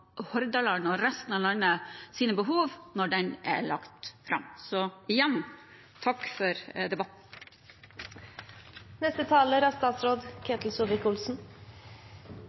og resten av landets behov når den er lagt fram. Igjen: Takk for debatten!